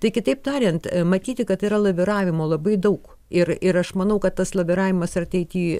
tai kitaip tariant matyti kad yra laviravimo labai daug ir ir aš manau kad tas laviravimas ir ateity